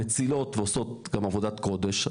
מצילות ועושות גם עבודת קודש.